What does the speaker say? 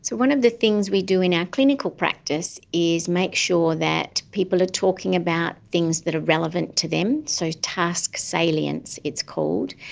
one of the things we do in our clinical practice is make sure that people are talking about things that are relevant to them, so task salience it's called,